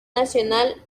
nacional